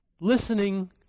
Listening